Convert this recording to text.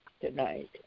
tonight